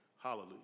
Hallelujah